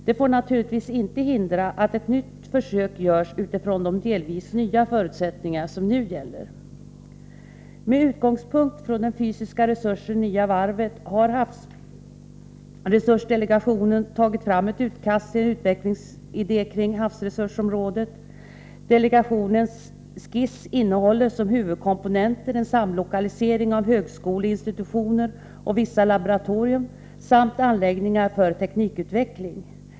Detta får naturligtvis inte hindra att ett nytt försök görs utifrån de delvis nya förutsättningar som nu gäller. Med utgångspunkt i den fysiska resursen Nya varvet har havsresursdelegationen tagit fram ett utkast till en utvecklingsidé kring havsresursområdet. Delegationens skiss innehåller som huvudkomponenter en samlokalisering av högskoleinstitutioner och vissa laboratorier samt anläggningar för teknikutveckling.